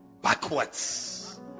backwards